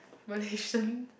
Malaysian